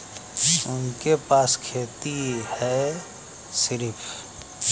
उनके पास खेती हैं सिर्फ